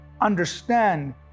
Understand